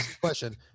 question